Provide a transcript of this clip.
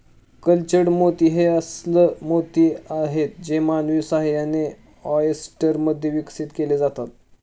cultured मोती हे अस्स्ल मोती आहेत जे मानवी सहाय्याने, ऑयस्टर मध्ये विकसित केले जातात